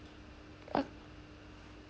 uh